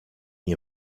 nie